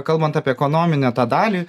kalbant apie ekonominę tą dalį